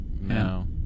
No